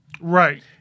Right